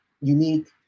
unique